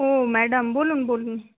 ও madam বলুন বলুন